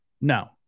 no